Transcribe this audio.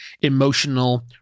emotional